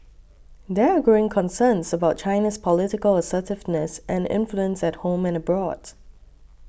there are growing concerns about China's political assertiveness and influence at home and abroad